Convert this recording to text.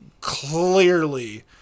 clearly